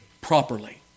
properly